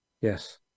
yes